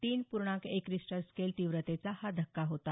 तीन पूर्णांक एक रिस्टर स्केल तीव्रतेचा हा धक्का होता